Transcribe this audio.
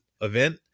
event